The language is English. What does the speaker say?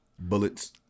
bullets